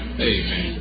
Amen